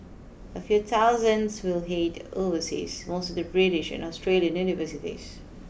a few thousands will head overseas mostly to British and Australian universities